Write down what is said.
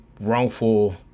wrongful